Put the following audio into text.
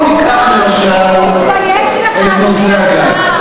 בואו ניקח למשל את נושא הגז,